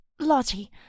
Lottie